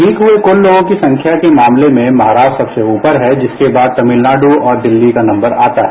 ठीक हुए कुल लोगों की संख्या के मामले में महाराष्ट्र सबसे ऊपर है जिसके बाद तमिलनाडु और दिल्ली का नम्बर आता है